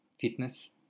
fitness